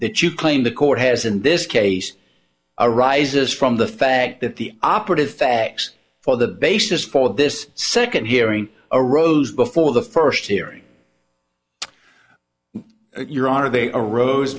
that you claim the court has in this case arises from the fact that the operative facts for the basis for this second hearing a rose before the first hearing your honor they arose